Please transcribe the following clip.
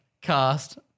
cast